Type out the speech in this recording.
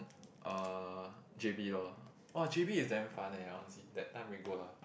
uh j_b lor !wah! j_b is damn fun leh honestly that time we go lah